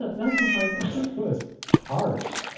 but that's the hard this harsh?